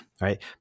right